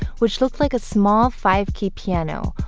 which looked like a small five key piano,